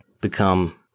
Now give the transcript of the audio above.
become